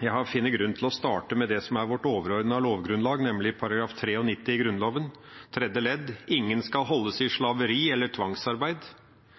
Jeg finner grunn til å starte med det som er vårt overordnede lovgrunnlag, nemlig § 93 tredje ledd i Grunnloven: «Ingen skal holdes i slaveri eller tvangsarbeid.»